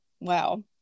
Wow